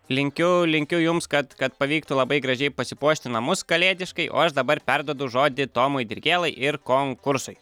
linkiu linkiu jums kad kad pavyktų labai gražiai pasipuošti namus kalėdiškai o aš dabar perduodu žodį tomui dirgėlai ir konkursui